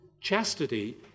chastity